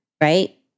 right